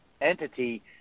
entity